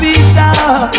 Peter